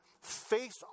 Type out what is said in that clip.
face